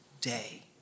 day